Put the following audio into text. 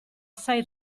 assai